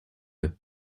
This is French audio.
eux